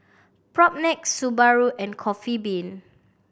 Propnex Subaru and Coffee Bean